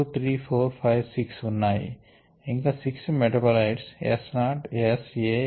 మనకు ఇక్కడ 1 2 3 4 5 6 ఉన్నాయి ఇంకా 6 metabolites S naught S A B C D ఉన్నాయి